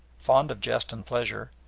fond of jest and pleasure,